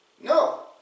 No